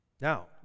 Now